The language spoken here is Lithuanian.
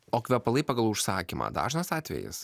o kvepalai pagal užsakymą dažnas atvejis